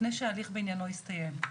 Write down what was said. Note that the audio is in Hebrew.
לפני שההליך בעניינו הסתיים.